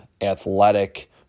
athletic